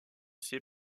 ses